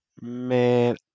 Man